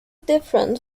different